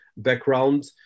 background